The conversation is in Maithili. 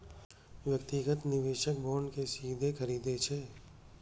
व्यक्तिगत निवेशक बांड कें सीधे खरीदै छै